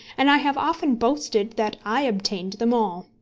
and i have often boasted that i obtained them all.